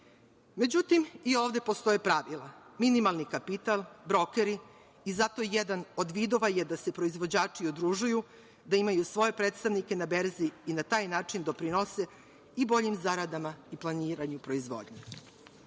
Međutim, i ovde postoje pravila – minimalni kapital, brokeri. Zato je jedan od vidova da se proizvođači udružuju, da imaju svoje predstavnike na berzi i na taj način da doprinose i boljim zaradama i planiranju proizvodnje. Očekivala